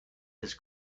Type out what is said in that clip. his